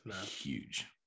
huge